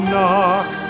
Knock